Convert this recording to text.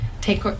Take